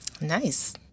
Nice